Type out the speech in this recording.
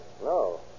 No